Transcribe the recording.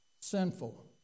sinful